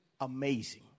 Amazing